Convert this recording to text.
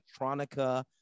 electronica